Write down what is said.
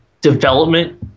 development